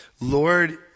Lord